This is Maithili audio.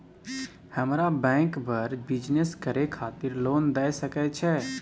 हमरा बैंक बर बिजनेस करे खातिर लोन दय सके छै?